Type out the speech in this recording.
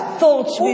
thoughts